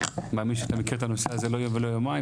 אני מאמין שאתה מכיר את הנושא הזה לא יום ולא יומיים.